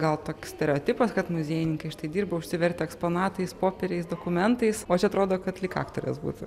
gal toks stereotipas kad muziejininkai štai dirba užsivertę eksponatais popieriais dokumentais o čia atrodo kad lyg aktorės būtų